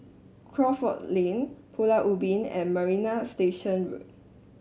Crawford Lane Pulau Ubin and Marina Station Road